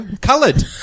coloured